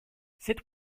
cet